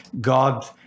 God